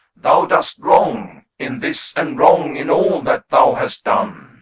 thou doest wrong in this, and wrong in all that thou hast done.